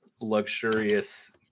luxurious